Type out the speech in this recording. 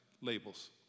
labels